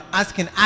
asking